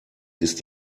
ist